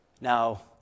Now